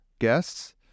guests